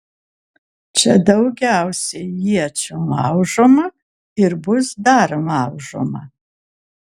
čia daugiausiai iečių laužoma ir bus dar laužoma